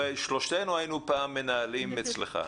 שלושתנו היינו פעם מנהלים אצלך.